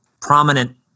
prominent